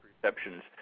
perceptions